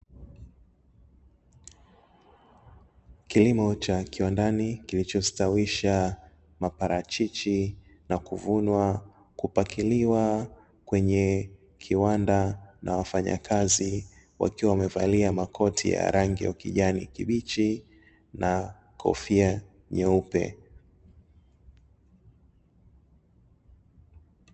Kilimo cha kiwandani kilichostawisha maparachichi na kuvunwa, kupakiliwa kwenye kiwanda na wafanyakazi wakiwa wamevalia makoti ya rangi ya kijani kibichi na kofia nyeupe.